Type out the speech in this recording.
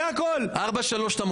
אתה מוכן לארבעה-שלושה?